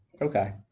Okay